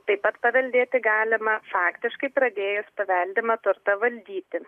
taip pat paveldėti galima faktiškai pradėjus paveldimą turtą valdyti